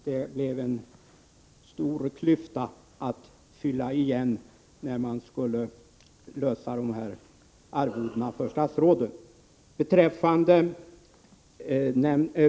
Det blev en stor klyfta att fylla igen när man skulle lösa frågan om arvodena för statsråden.